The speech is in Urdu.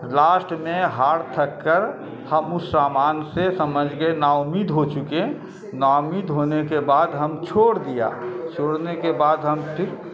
لاسٹ میں ہار تھک کر ہم اس سامان سے سمجھ کے نا امید ہو چکے نا امید ہونے کے بعد ہم چھوڑ دیا چھوڑنے کے بعد پیمنٹ